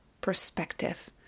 perspective